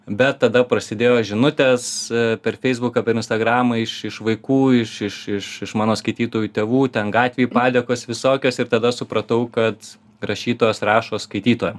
bet tada prasidėjo žinutės per feisbuką per instagramą iš iš vaikų iš iš iš iš mano skaitytojų tėvų ten gatvėj padėkos visokios ir tada supratau kad rašytojas rašo skaitytojam